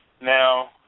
Now